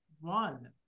one